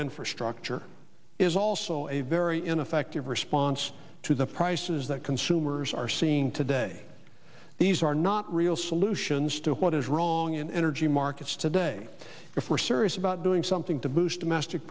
infrastructure is also a very ineffective response to the prices that consumers are seeing today these are not real solutions to what is wrong in energy markets today if we're serious about doing something to boost domestic